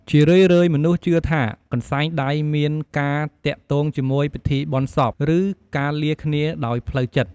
ជារឿយៗមនុស្សជឿថា កន្សែងដៃមានការទាក់ទងជាមួយពិធីបុណ្យសព ឬការលាគ្នាដោយផ្លូវចិត្ត។